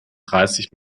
dreißig